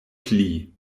pli